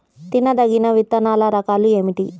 తినదగిన విత్తనాల రకాలు ఏమిటి?